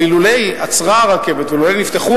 אבל אילולא עצרה הרכבת ואילולא נפתחו